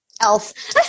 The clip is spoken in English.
elf